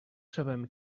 sabem